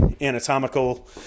anatomical